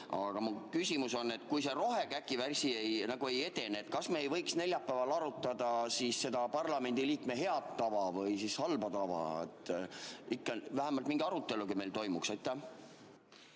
Aga mu küsimus on, et kui see rohekäkiasi ei edene, siis kas me ei võiks neljapäeval arutada hoopis parlamendiliikme head tava või halba tava. Ikka vähemalt mingi arutelu meil toimuks.